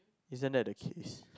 isn't that the case